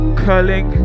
curling